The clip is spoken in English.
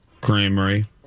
creamery